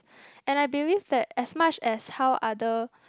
and I believe that as much as how other